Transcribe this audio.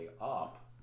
up